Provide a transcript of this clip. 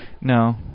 No